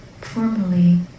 formerly